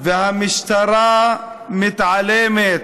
והמשטרה מתעלמת.